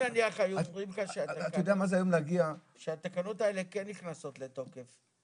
אם נניח היו אומרים לך שהתקנות האלה כן נכנסות לתוקף,